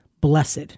blessed